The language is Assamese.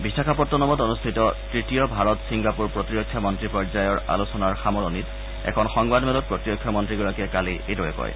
বিশাখাপট্টনমত অনুষ্ঠিত তৃতীয় ভাৰত চিংগাপুৰ প্ৰতিৰক্ষা মন্ত্ৰী পৰ্যায়ৰ আলোচনাৰ সামৰণিত এখন সংবাদ মেলত প্ৰতিৰক্ষা মন্ত্ৰীগৰাকীয়ে কালি এইদৰে কয়